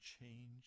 change